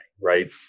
right